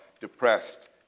depressed